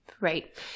Right